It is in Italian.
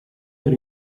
per